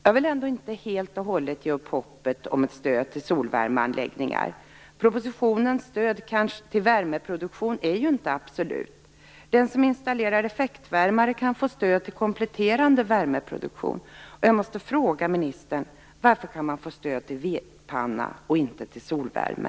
Jag vill ändå inte helt och hållet ge upp hoppet om stöd till solvärmeanläggningar. Det i propositionen föreslagna stödet till värmeproduktion är inte absolut. Den som installerar effektvärmare kan få stöd till kompletterande värmeproduktion. Jag måste fråga ministern: Varför kan man få stöd till vedpanna och inte till solvärme?